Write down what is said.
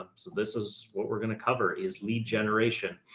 um so this is what we're going to cover is lead generation.